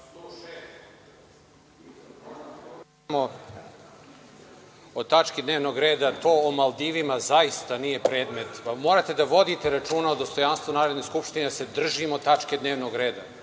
o tački dnevnog reda, to o Maldivima zaista nije predmet, morate da vodite računa o dostojanstvu Narodne skupštine, da se držimo tačke dnevnog reda,